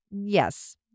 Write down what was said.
Yes